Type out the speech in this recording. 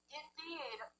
indeed